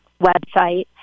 website